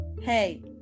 hey